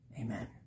Amen